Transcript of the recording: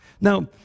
Now